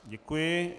Děkuji.